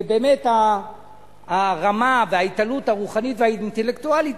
זה באמת הרמה וההתעלות הרוחנית והאינטלקטואלית,